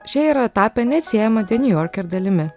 šie yra tapę neatsiejama the new yorker dalimi